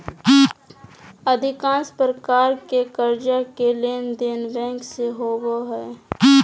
अधिकांश प्रकार के कर्जा के लेनदेन बैंक से होबो हइ